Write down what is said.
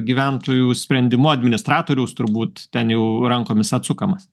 gyventojų sprendimu administratoriaus turbūt ten jau rankomis atsukamas